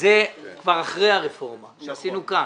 זה כבר אחרי הרפורמה שעשינו כאן.